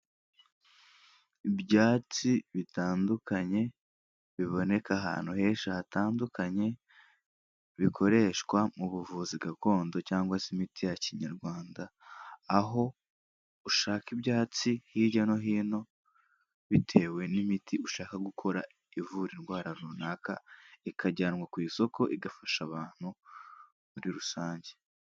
Ibyatsi bitandukanye biboneka ahantu henshi hatandukanye bikoreshwa mu buvuzi gakondo cyangwa se imiti ya kinyarwanda, aho ushaka ibyatsi hirya no hino bitewe n'imiti ushaka gukora ivura indwara runaka ikajyanwa ku isoko igafasha abantu muri rusange.